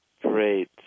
Great